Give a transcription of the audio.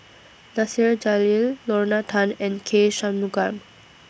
Nasir Jalil Lorna Tan and K Shanmugam